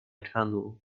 candle